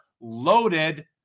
loaded